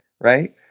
right